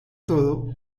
todo